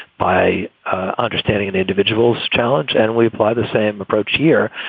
by understanding an individual's challenge and we apply the same approach here,